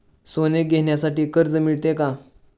सोने घेण्यासाठी कर्ज मिळते का?